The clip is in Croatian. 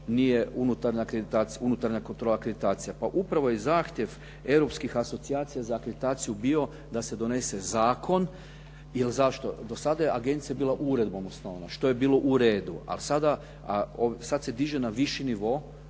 nije unutarnja kontrola, akreditacija. Pa upravo i zahtjev europskih asocijacija za akreditaciju bio da se donese zakon, jer zašto? Do sada je agencija bila uredbom osnovana što je bilo u redu. A sad se diže na viši nivo